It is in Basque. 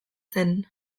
zen